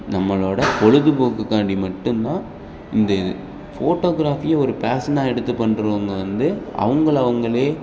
நம்மளோடய பொழுதுபோக்குக்காண்டி மட்டும் தான் இந்த இது ஃபோட்டோக்ராஃபியை ஒரு பேஷனா எடுத்து பண்ணுறவங்க வந்து அவங்கள அவங்களே